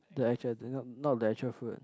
the actual not not the actual fruit